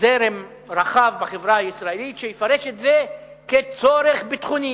זרם רחב בחברה הישראלית שיפרש את זה כצורך ביטחוני,